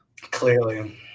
Clearly